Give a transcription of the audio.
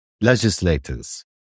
legislators